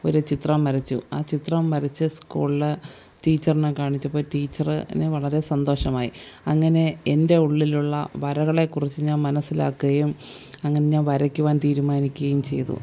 ഒരു ചിത്രം വരച്ചു ആ ചിത്രം വരച്ചു സ്കൂളിൽ ടീച്ചറിനെ കാണിച്ചപ്പോൾ ടീച്ചറിന് വളരെ സന്തോഷമായി അങ്ങനെ എൻ്റെ ഉള്ളിലുള്ള വരകളെ കുറിച്ച് ഞാൻ മനസിലാക്കുകയും അങ്ങനെ ഞാൻ വരയ്ക്കുവാൻ തീരുമാനിക്കുകയും ചെയ്തു